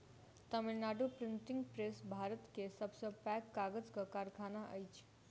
Tamil Nadu printing press Bharat के सब से पैघ कागजक कारखाना अछि